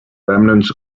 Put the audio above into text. remnants